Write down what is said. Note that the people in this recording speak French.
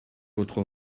votre